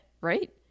Right